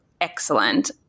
excellent